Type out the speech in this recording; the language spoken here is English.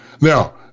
now